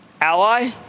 Ally